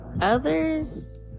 others